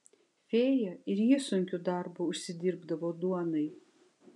fėja ir ji sunkiu darbu užsidirbdavo duonai